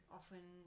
often